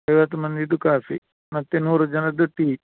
ಐವತ್ತು ಮಂದಿದು ಕಾಫಿ ಮತ್ತು ನೂರು ಜನದ್ದು ಟೀ